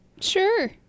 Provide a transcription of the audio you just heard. Sure